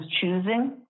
choosing